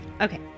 Okay